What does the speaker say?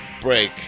break